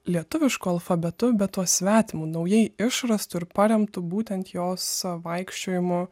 lietuvišku alfabetu bet tuo svetimu naujai išrastu ir paremtu būtent jos vaikščiojimu